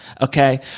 okay